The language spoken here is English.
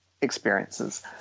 experiences